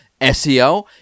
SEO